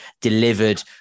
delivered